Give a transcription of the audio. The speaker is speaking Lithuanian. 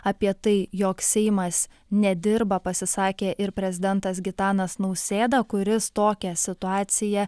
apie tai jog seimas nedirba pasisakė ir prezidentas gitanas nausėda kuris tokią situaciją